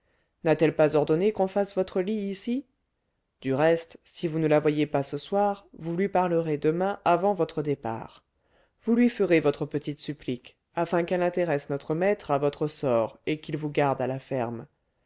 n'a-t-elle pas ordonné qu'on fasse votre lit ici du reste si vous ne la voyez pas ce soir vous lui parlerez demain avant votre départ vous lui ferez votre petite supplique afin qu'elle intéresse notre maître à votre sort et qu'il vous garde à la ferme